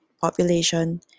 population